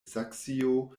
saksio